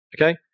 Okay